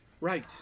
Right